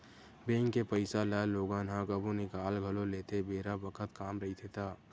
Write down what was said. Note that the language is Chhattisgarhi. बेंक के पइसा ल लोगन ह कभु निकाल घलो लेथे बेरा बखत काम रहिथे ता